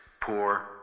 poor